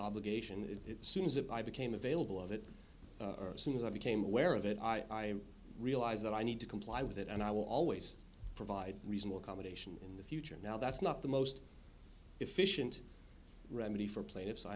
obligation it seems if i became available of it seems i became aware of it i realized that i need to comply with it and i will always provide reasonable accommodation in the future now that's not the most efficient remedy for plaintiffs i